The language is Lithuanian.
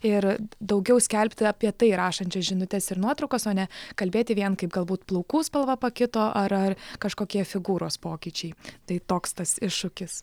ir daugiau skelbti apie tai rašančias žinutes ir nuotraukas o ne kalbėti vien kaip galbūt plaukų spalva pakito ar ar kažkokie figūros pokyčiai tai toks tas iššūkis